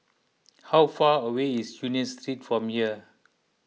how far away is Union Street from here